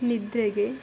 ನಿದ್ರೆಗೆ